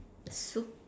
super